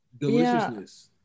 Deliciousness